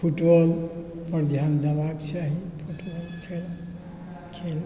फुटबॉलपर धिआन देबाक चाही फुटबॉल खेल